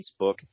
Facebook